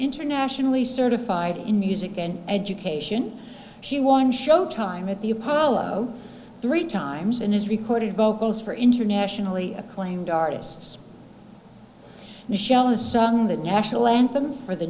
internationally certified in music and education she won showtime at the apollo three times and has recorded vocals for internationally acclaimed artists michelle has sung the national anthem for the